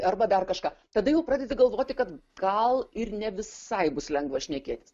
arba dar kažką tada jau pradedi galvoti kad gal ir ne visai bus lengva šnekėtis